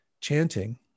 chanting